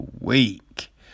week